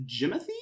Jimothy